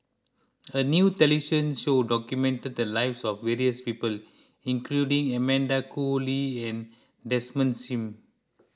a new television show documented the lives of various people including Amanda Koe Lee and Desmond Sim